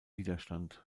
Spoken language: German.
widerstand